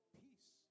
peace